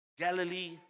Galilee